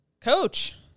Coach